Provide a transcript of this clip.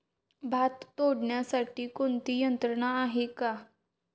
भात तोडण्यासाठी कोणती यंत्रणा आहेत का?